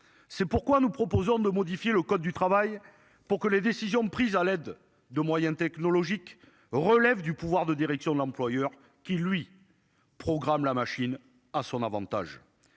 C'est pourquoi nous proposons de modifier le code du travail pour que les décisions prises à l'aide de moyens technologiques relève du pouvoir de direction de l'employeur qui lui programme la machine à son Avantage.